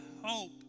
hope